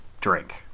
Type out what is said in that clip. Drink